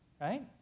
right